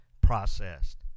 processed